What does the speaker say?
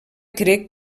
crec